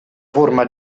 forma